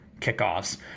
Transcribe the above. kickoffs